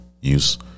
use